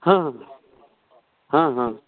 हाँ हाँ हाँ